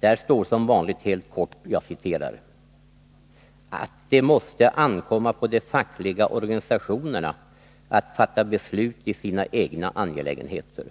Där står som vanligt helt kort ”att det måste ankomma på de fackliga organisationerna själva att fatta beslut i sina egna angelägenheter.